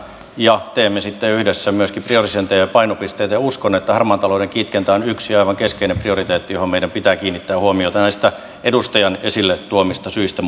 ja teemme sitten yhdessä myöskin priorisointeja ja painopisteitä uskon että harmaan talouden kitkentä on yksi aivan keskeinen prioriteetti johon meidän pitää kiinnittää huomiota näistä edustajan esille tuomista syistä